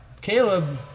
Caleb